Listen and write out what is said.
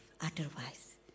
Otherwise